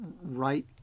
right